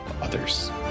others